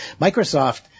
Microsoft